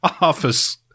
Office